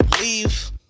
Leave